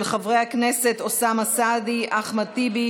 של חברי הכנסת אוסאמה סעדי, אחמד טיבי